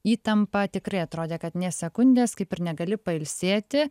įtampą tikrai atrodė kad nė sekundės kaip ir negali pailsėti